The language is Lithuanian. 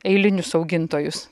eilinius augintojus